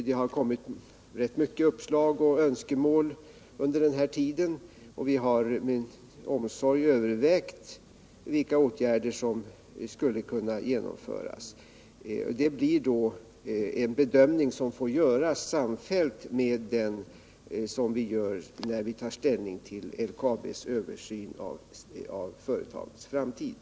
Det har kommit rätt många uppslag och önskemål under den här tiden, och vi har med omsorg övervägt vilka åtgärder som skulle kunna genomföras. Det blir då en bedömning som får göras samtidigt som vi tar ställning till LKAB:s översyn av företagets framtid.